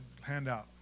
handout